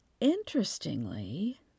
Interestingly